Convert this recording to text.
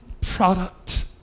product